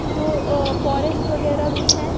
जो फोरेस्ट वग़ैरहभी हैं